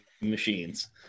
machines